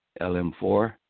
LM4